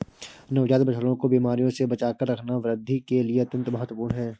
नवजात बछड़ों को बीमारियों से बचाकर रखना वृद्धि के लिए अत्यंत महत्वपूर्ण है